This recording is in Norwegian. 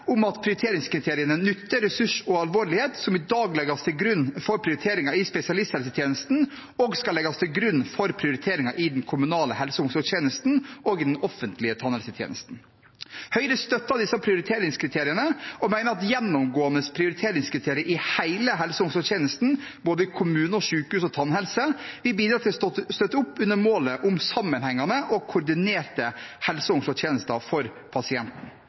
om at prioriteringskriteriene nytte, ressurs og alvorlighet, som i dag legges til grunn for prioriteringer i spesialisthelsetjenesten, også skal legges til grunn for prioriteringer i den kommunale helse- og omsorgstjenesten og i den offentlige tannhelsetjenesten. Høyre støtter disse prioriteringskriteriene og mener at gjennomgående prioriteringskriterier i hele helse- og omsorgstjenesten, både i kommune, sykehus og tannhelse, vil bidra til å støtte opp under målet om sammenhengende og koordinerte helse- og omsorgstjenester for pasienten.